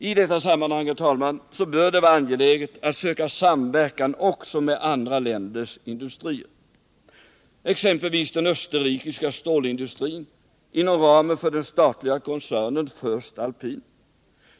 I detta sammanhang, herr talman, bör det vara angeläget att söka samverkan också med andra länders industrier, exempelvis den österrikiska stålindustrin, inom ramen för den statliga koncernen Vöst Alpin.